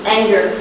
Anger